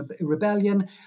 Rebellion